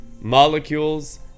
molecules